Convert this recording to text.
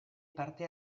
parte